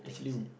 things that